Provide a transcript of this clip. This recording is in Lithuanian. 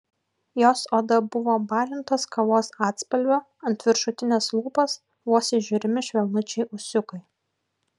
jos oda buvo balintos kavos atspalvio ant viršutinės lūpos vos įžiūrimi švelnučiai ūsiukai